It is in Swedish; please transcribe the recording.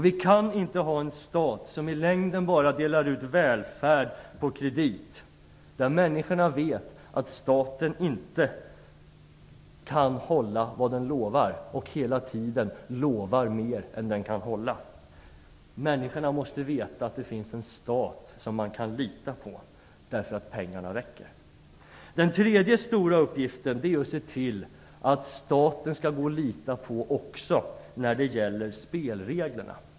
Vi kan inte ha en stat som i längden bara delar ut välfärd på kredit där människorna vet att staten inte kan hålla vad den lovar och hela tiden lovar mer än vad den kan hålla. Människorna måste veta att den finns en stat som man kan lita på därför att pengarna räcker. Den tredje stora uppgiften är att se till att staten skall gå att lita på också när det gäller spelreglerna.